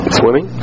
swimming